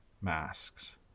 masks